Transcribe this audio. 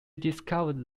discovered